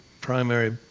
primary